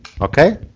okay